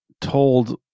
told